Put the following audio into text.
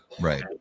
Right